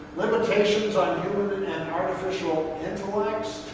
limitations on human and artificial intellects,